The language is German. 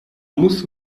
muss